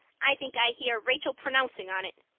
i think i hear rachel pronouncing on it.